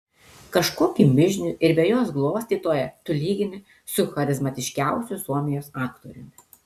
kažkokį mižnių ir vejos glostytoją tu lygini su charizmatiškiausiu suomijos aktoriumi